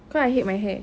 cause I hate my hair